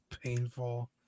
painful